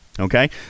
Okay